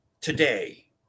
today